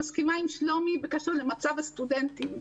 אני מסכימה עם שלומי יחיאב בקשר למצב הסטודנטים.